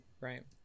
Right